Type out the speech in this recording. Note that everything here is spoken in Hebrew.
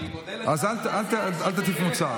אני מודה לך, אז אל תטיף מוסר.